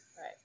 Right